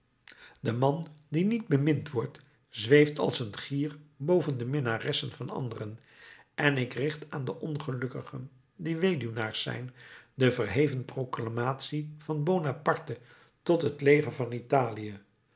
de man die niet bemind wordt zweeft als een gier boven de minnaressen van anderen en ik richt aan de ongelukkigen die weduwnaars zijn de verheven proclamatie van bonaparte tot het leger van italië